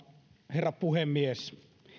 herra puhemies